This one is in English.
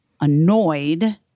annoyed